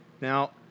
now